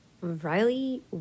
Riley